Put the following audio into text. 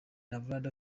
nevada